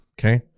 okay